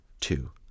two